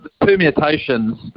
permutations